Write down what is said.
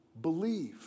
Believe